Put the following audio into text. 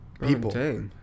people